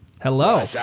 Hello